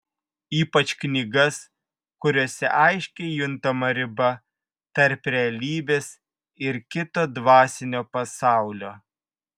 ypač knygas kuriose aiškiai juntama riba tarp realybės ir kito dvasinio pasaulio